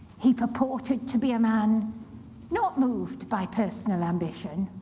he purported to be a man not moved by personal ambition.